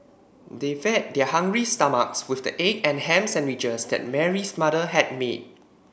they fed their hungry stomachs with the egg and ham sandwiches that Mary's mother had made